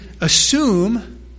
assume